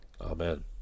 Amen